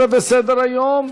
11 בסדר-היום: